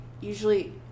usually